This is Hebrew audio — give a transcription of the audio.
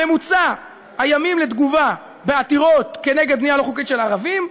ממוצע הימים לתגובה בעתירות נגד בנייה לא חוקית של ערבים,